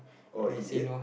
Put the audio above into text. oh he did